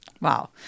Wow